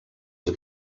els